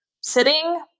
sitting